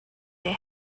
they